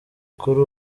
kuri